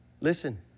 Listen